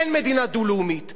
אין מדינה דו-לאומית.